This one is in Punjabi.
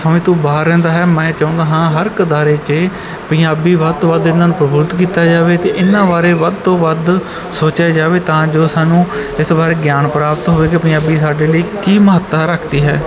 ਸਮਝ ਤੋਂ ਬਾਹਰ ਰਹਿੰਦਾ ਹੈ ਮੈਂ ਚਾਹੁੰਦਾ ਹਾਂ ਹਰ ਇੱਕ ਅਦਾਰੇ 'ਚ ਪੰਜਾਬੀ ਵੱਧ ਤੋਂ ਵੱਧ ਇਹਨਾਂ ਨੂੰ ਪ੍ਰਫੁੱਲਿਤ ਕੀਤਾ ਜਾਵੇ ਅਤੇ ਇਹਨਾਂ ਬਾਰੇ ਵੱਧ ਤੋਂ ਵੱਧ ਸੋਚਿਆ ਜਾਵੇ ਤਾਂ ਜੋ ਸਾਨੂੰ ਇਸ ਬਾਰੇ ਗਿਆਨ ਪ੍ਰਾਪਤ ਹੋਵੇ ਅਤੇ ਪੰਜਾਬੀ ਸਾਡੇ ਲਈ ਕੀ ਮਹੱਤਤਾ ਰੱਖਦੀ ਹੈ